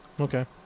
okay